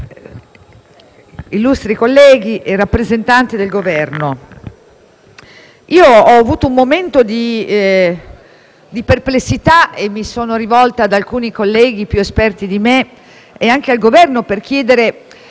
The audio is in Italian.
Presidente, illustri colleghi, rappresentanti del Governo, io ho avuto un momento di perplessità e mi sono rivolta ad alcuni colleghi più esperti di me e anche al Governo, per chiedere